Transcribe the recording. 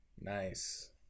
Nice